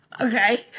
Okay